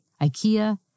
Ikea